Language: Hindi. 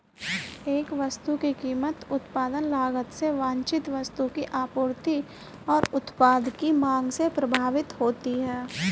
एक वस्तु की कीमत उत्पादन लागत से वांछित वस्तु की आपूर्ति और उत्पाद की मांग से प्रभावित होती है